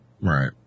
Right